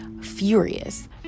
furious